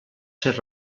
ser